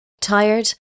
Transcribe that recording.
Tired